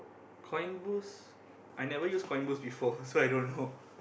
coin boost I never use coin boost before so I don't know